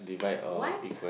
what